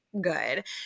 good